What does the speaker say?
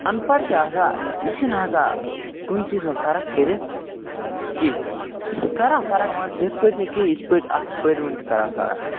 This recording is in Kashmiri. اَنپَڑھ چھِ آسان یہِ چھِ نہٕ ہٮ۪کان کُنہِ چیٖزس منٛز فرق کٔرِتھ کیٚنٛہہ یہِ چھُ کَران فرق مگر تِتھٕ پٲٹھۍ نہٕ کیٚنٛہہ یِتھٕ پٲٹھۍ اَکھ پٔرۍوُن چھُ کَران فَرق